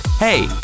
Hey